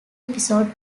episode